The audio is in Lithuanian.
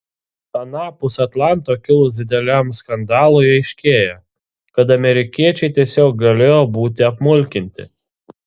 anapus atlanto kilus dideliam skandalui aiškėja kad amerikiečiai tiesiog galėjo būti apmulkinti